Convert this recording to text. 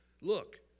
look